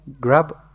grab